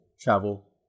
travel